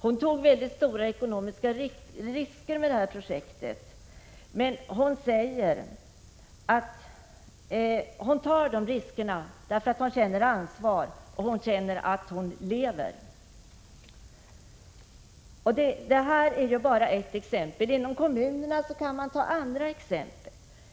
Hon tog mycket stora ekonomiska risker med detta projekt, men hon säger att hon tagit de riskerna därför att hon känner ansvar och känner att hon lever. Det här är bara ett exempel. Inom kommunerna kan man ta andra exempel.